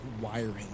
wiring